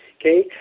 okay